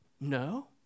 No